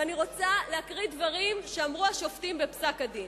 ואני רוצה לקרוא דברים שאמרו השופטים בפסק-הדין.